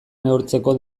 neurtzeko